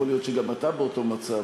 יכול להיות שגם אתה באותו מצב,